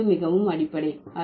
எது இங்கு மிகவும் அடிப்படை